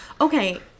Okay